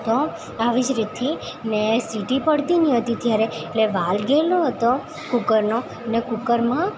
તો આવી જ રીતથી ને સિટી પડતી નહીં હતી ત્યારે એટલે વાલ્વ ગયેલો હતો કૂકરનોને કૂકરમાં